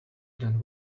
than